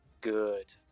good